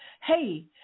hey